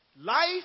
Life